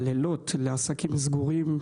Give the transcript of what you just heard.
בלילות, לעסקים סגורים,